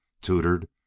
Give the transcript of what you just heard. tutored